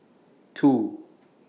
two